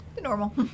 Normal